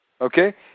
Okay